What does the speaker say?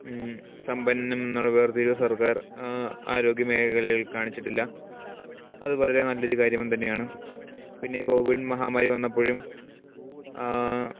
സമ്പന്നനും എന്നുള്ള വേർതിരിവ് സർക്കാർ ആരോഗ്യ മേഖലകളിൽ കാണിച്ചിട്ടില്ല അത് വളരെ നല്ല ഒരു കാര്യം തന്നെയാണ് പിന്നെ കോവിഡ് മഹാമാരി വന്നപ്പോഴും